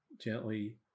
gently